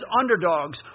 underdogs